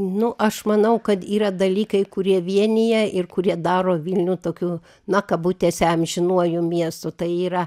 nu aš manau kad yra dalykai kurie vienija ir kurie daro vilnių tokiu na kabutėse amžinuoju miestu tai yra